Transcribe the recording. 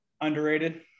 underrated